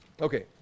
okay